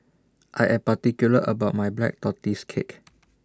I Am particular about My Black Tortoise Cake